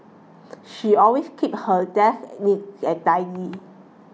she always keeps her desk neat and tidy